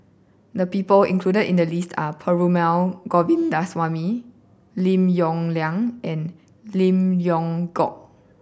the people included in the list are Perumal Govindaswamy Lim Yong Liang and Lim Leong Geok